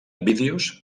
vídeos